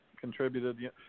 contributed